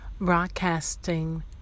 broadcasting